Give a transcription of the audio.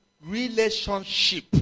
relationship